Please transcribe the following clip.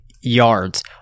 yards